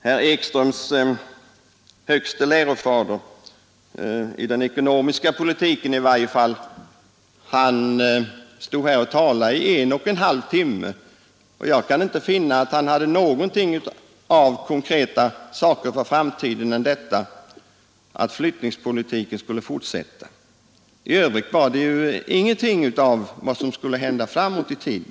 Herr Ekströms högste lärofader i den ekonomiska politiken, herr finansministern, stod ju här och talade i en och en halv timme, och jag kunde inte finna att han redovisade något annat konkret för framtiden än detta att flyttningspolitiken skulle fortsätta. I övrigt sade han ingenting om socialdemokraternas framtida politik.